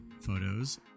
photos